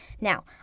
Now